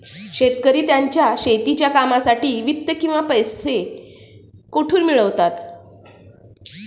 शेतकरी त्यांच्या शेतीच्या कामांसाठी वित्त किंवा पैसा कुठून मिळवतात?